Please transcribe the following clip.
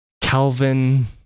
Calvin